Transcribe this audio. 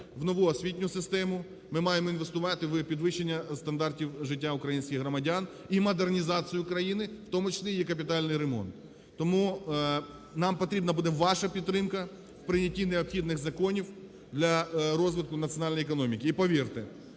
в нову освітню систему. Ми маємо інвестувати в підвищення стандартів життя українських громадян і модернізацію країни, в тому числі її капітальний ремонт. Тому нам потрібна буде ваша підтримка в прийнятті необхідних законів для розвитку національної економіки.